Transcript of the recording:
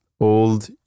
old